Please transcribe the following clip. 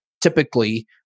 typically